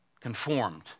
conformed